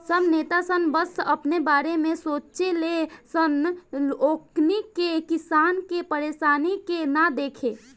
सब नेता सन बस अपने बारे में सोचे ले सन ओकनी के किसान के परेशानी के ना दिखे